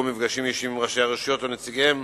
השתתפותן או משום שההורים אינם מסוגלים לשלם.